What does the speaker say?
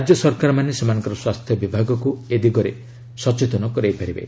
ରାଜ୍ୟ ସରକାରମାନେ ସେମାନଙ୍କର ସ୍ୱାସ୍ଥ୍ୟ ବିଭାଗକୁ ଏ ଦିଗରେ ସଚେତନ କରାଇପାରିବେ